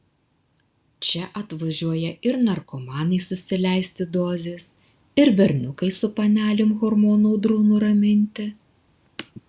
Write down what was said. čia atvažiuoja ir narkomanai susileisti dozės ir berniukai su panelėm hormonų audrų nuraminti